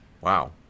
Wow